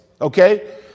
Okay